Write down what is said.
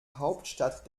hauptstadt